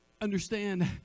Understand